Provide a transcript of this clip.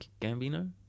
gambino